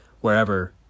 wherever